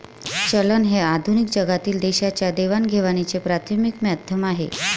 चलन हे आधुनिक जगातील देशांच्या देवाणघेवाणीचे प्राथमिक माध्यम आहे